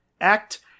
Act